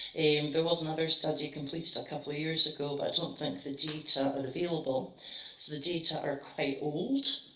there was another study completed a couple of years ago, but i don't think the data are available. so the data are quite old.